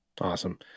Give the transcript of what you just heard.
Awesome